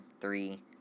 three